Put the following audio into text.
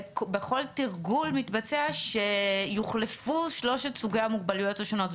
שבכל תרגול מתבצע שיוחלפו שלושת סוגי המוגבלויות השונות.